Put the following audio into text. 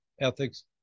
ethics